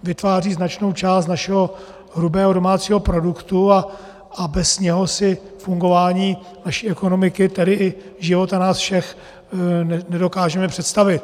Vytváří značnou část našeho hrubého domácího produktu a bez něj si fungování naší ekonomiky, tedy i života nás všech, nedokážeme představit.